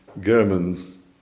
German